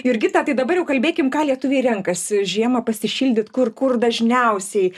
jurgita tai dabar jau kalbėkim ką lietuviai renkasi žiemą pasišildyt kur kur dažniausiai